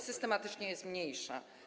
Systematycznie je zmniejsza.